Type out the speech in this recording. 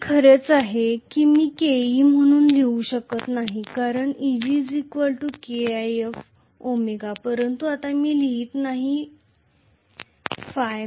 के खरंच स्थिर आहे मी हे Ke म्हणून लिहू शकत नाही कारण Eg KIf ω परंतु आता मी लिहित नाही ϕ